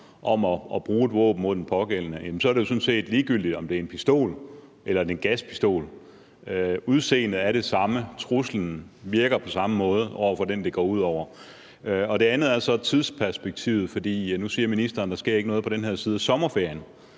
om at få brugt et våben mod sig, er det jo sådan set ligegyldigt, om det er en pistol eller en gaspistol; udseendet er det samme, og truslen virker på samme måde for den, det går ud over. Det andet er så tidsperspektivet. Nu siger ministeren, at der ikke sker noget på den her side af sommerferien.